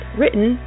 written